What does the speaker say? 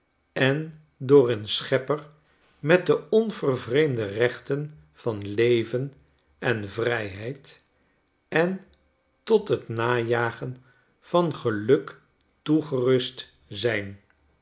en door hun schepper met de onvervreemde rechten van leven en vrijheid en tot het najagen van geluk toegerust zijn